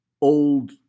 old